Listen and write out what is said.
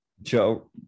Joe